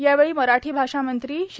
यावेळी मराठी भाषा मंत्री श्री